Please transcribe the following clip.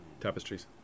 tapestries